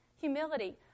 Humility